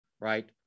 right